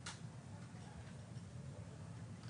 הוא מציע שזה יהיה חובה, זאת